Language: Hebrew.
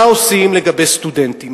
היא מה עושים לגבי סטודנטים,